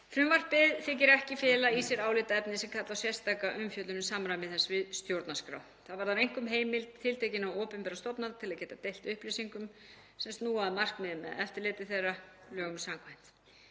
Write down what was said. Frumvarpið þykir ekki fela í sér álitaefni sem kalla á sérstaka umfjöllun um samræmi þess við stjórnarskrá. Það varðar einkum heimild tiltekinnar opinberrar stofnunar til að geta deilt upplýsingum sem snúa að markmiði með eftirliti þeirra lögum samkvæmt.